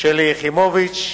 שלי יחימוביץ.